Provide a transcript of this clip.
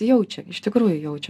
jaučia iš tikrųjų jaučia